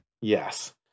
Yes